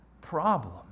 problem